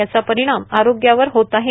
याचा परिणाम आरोग्यावर होत आहे